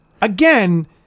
again